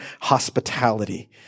hospitality